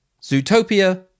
Zootopia